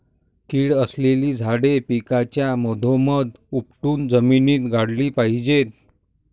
कीड असलेली झाडे पिकाच्या मधोमध उपटून जमिनीत गाडली पाहिजेत